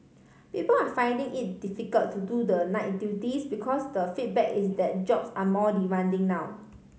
people are finding it difficult to do the night duties because the feedback is that jobs are more demanding now